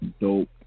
dope